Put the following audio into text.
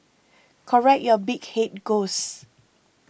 correct your big head ghost